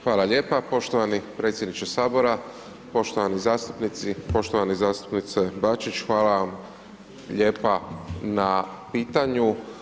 Hvala lijepa, poštovani predsjedniče sabora, poštovani zastupnici, poštovani zastupniče Bačić hvala vam lijepa na pitanju.